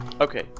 Okay